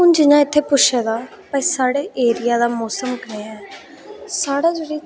हून जि'यां इत्थै पुच्छे दा भाई साढ़े एरिया दा मौसम कनेहा ऐ साढ़ा जेह्ड़े